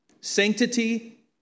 sanctity